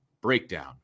Breakdown